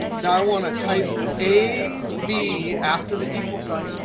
now, i want to type a v after the equal sign.